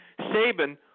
Saban